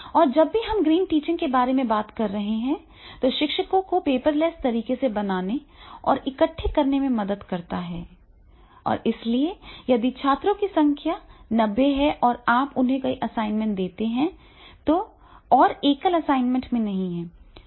और जब हम ग्रीन टीचिंग के बारे में बात कर रहे हैं तो यह शिक्षकों को पेपरलेस तरीके से बनाने और इकट्ठा करने में मदद करता है और इसलिए यदि छात्रों की संख्या 90 है और आप उन्हें कई असाइनमेंट देते हैं और एकल असाइनमेंट में नहीं